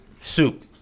Soup